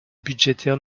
budgétaire